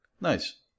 Nice